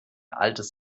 altes